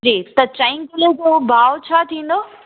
जी त चईं किले जो भाव छा थींदो